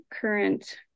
current